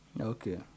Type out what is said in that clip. okay